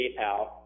PayPal